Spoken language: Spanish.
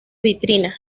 vitrina